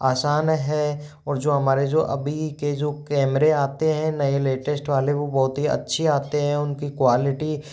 आसान है और जो हमारे जो अभी के जो कैमरे आते हैं नए लेटेस्ट वाले वो बहुत ही अच्छी आते हैं उन की क्वालिटी